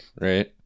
right